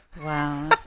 Wow